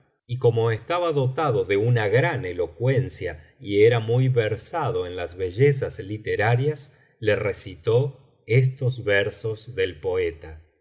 visir nureddin estaba dotado de una gran elocuencia y era muy versado en las bellezas literarias le recitó estos versos del poeta